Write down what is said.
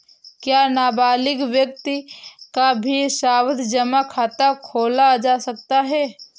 क्या नाबालिग व्यक्ति का भी सावधि जमा खाता खोला जा सकता है?